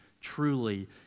truly